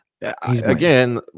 again